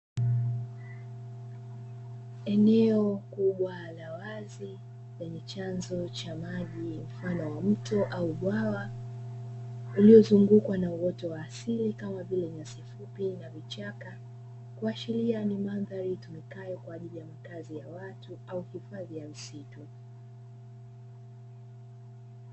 Eneo kubwa la wazi lenye chanjo cha maji mfano wa mto au bwawa, uliozungukwa na uoto wa asili kama vile nyasi fupi na vichaka, kuashiria ni mandhari itumike kwa ajili ya makazi ya watu au hifadhi ya msitu.